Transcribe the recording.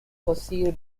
fossil